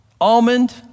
Almond